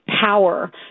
Power